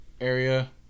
area